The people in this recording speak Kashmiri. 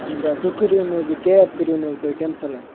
اَہن حظ آ تُہۍ کٔرِو نہٕ حظ یہِ کیب کٔرِو نہٕ حظ تُہۍ کٮ۪نسَلٕے